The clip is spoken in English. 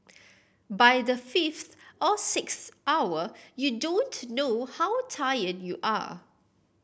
by the fifth or sixth hour you don't know how tired you are